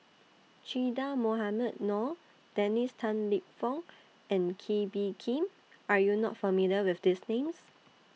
Che Dah Mohamed Noor Dennis Tan Lip Fong and Kee Bee Khim Are YOU not familiar with These Names